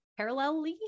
parallelly